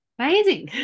Amazing